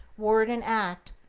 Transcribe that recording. word, and act,